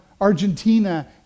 Argentina